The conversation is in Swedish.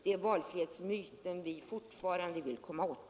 Det är fortfarande valfrihetsmyten vi vill komma åt.